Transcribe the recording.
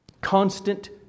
Constant